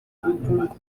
urwunguko